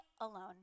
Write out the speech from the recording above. alone